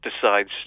decides